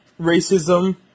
racism